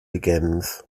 begins